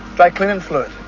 by cleaning fluid